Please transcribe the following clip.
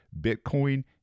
bitcoin